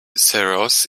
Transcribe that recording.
cereals